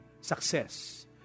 success